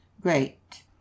great